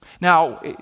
Now